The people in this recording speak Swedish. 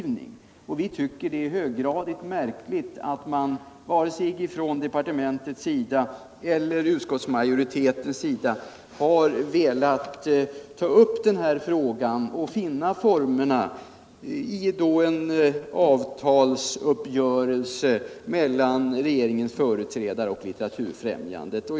Vi reservanter tycker att det är höggradigt märkligt att varken departementet eller utskottsmajoriteten har velat ta upp den här frågan och finna formerna i en avtalsuppgörelse mellan regeringens företrädare och Litteraturfrämjandet.